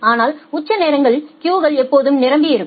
ஆனால் உச்ச நேரங்களில் கியூகள் எப்போதும் நிரம்பியிருக்கும்